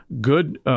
good